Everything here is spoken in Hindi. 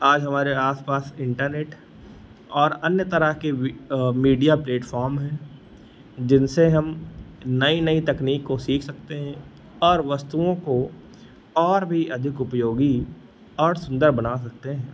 आज हमारे आसपास इन्टरनेट और अन्य तरह के भी मीडिया प्लेटफार्म हैं जिनसे हम नई नई तकनीक को सीख सकते हैं और वस्तुओं को और भी अधिक उपयोगी और सुन्दर बना सकते हैं